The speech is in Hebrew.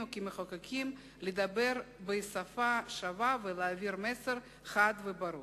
כמחוקקים לדבר בשפה שווה ולהעביר מסר חד וברור.